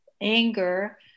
anger